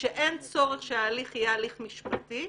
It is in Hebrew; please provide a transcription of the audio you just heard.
ושאין צורך שההליך יהיה הליך משפטי,